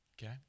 Okay